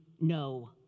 no